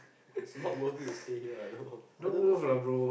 is not worth it to stay here I don't know I don't know why